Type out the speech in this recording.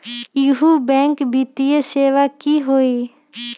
इहु बैंक वित्तीय सेवा की होई?